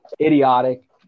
idiotic